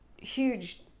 huge